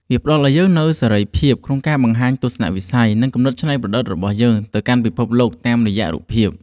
វាផ្ដល់ឱ្យយើងនូវសេរីភាពក្នុងការបង្ហាញពីទស្សនវិស័យ និងគំនិតច្នៃប្រឌិតរបស់យើងទៅកាន់ពិភពលោកតាមរយៈរូបភាព។